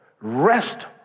rest